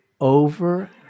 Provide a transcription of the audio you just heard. over